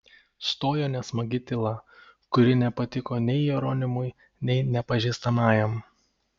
stojo nesmagi tyla kuri nepatiko nei jeronimui nei nepažįstamajam